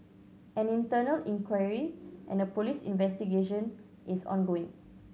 an internal inquiry and a police investigation is ongoing